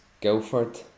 Guildford